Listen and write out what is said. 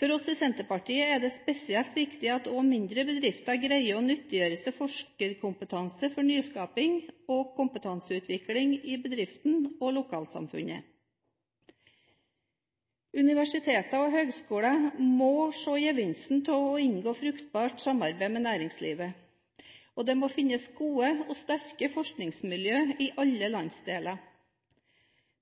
For oss i Senterpartiet er det spesielt viktig at også mindre bedrifter greier å nyttiggjøre seg forskerkompetanse for nyskaping og kompetanseutvikling i bedriften og lokalsamfunnet. Universiteter og høyskoler må se gevinsten av å inngå fruktbart samarbeid med næringslivet, og det må finnes gode og sterke forskningsmiljøer i alle landsdeler,